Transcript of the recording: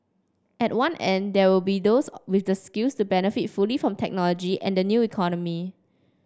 at one end there will be those with the skills to benefit fully from technology and the new economy